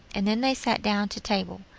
and then they sat down to table.